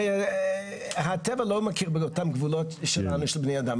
הרי הטבע לא מכיר באותן גבולות שלנו של בני האדם.